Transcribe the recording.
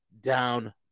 down